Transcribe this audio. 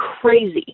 crazy